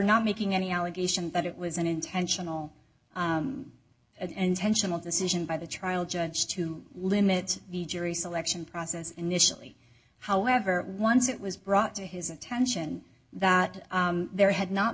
not making any allegation but it was an intentional and tensional decision by the trial judge to limit the jury selection process initially however once it was brought to his attention that there had not